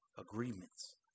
agreements